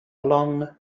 along